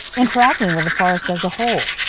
interacting with the forest as a whole